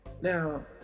Now